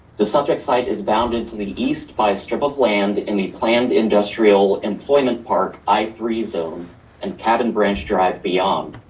the site is bounded to the east by a strip of land in the planned industrial employment part i three zone and kevin branch drive beyond.